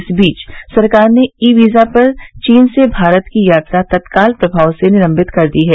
इस बीच सरकार ने ई वीजा पर चीन से भारत की यात्रा तत्काल प्रभाव से निलम्बित कर दी है